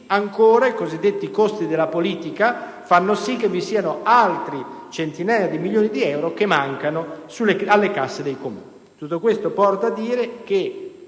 che i cosiddetti costi della politica fanno sì che vi siano altre centinaia di milioni di euro che mancano alle casse dei Comuni. In considerazione